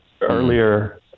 earlier